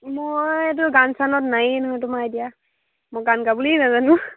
মই এইটো গান চানত নাই নহয় তোমাৰ এতিয়া মই গান গাবলেয়েই নেজানো